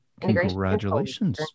Congratulations